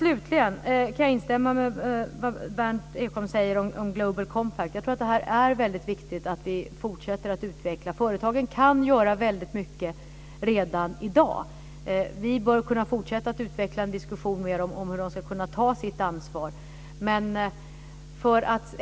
Slutligen kan jag instämma i vad Berndt Ekholm säger om Global Compact. Jag tror att det är väldigt viktigt att vi fortsätter att utveckla detta. Företagen kan göra väldigt mycket redan i dag. Vi bör kunna fortsätta att utveckla en diskussion med dem om hur de ska kunna ta sitt ansvar.